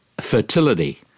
fertility